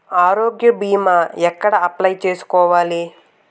ఆరోగ్య భీమా ఎక్కడ అప్లయ్ చేసుకోవాలి?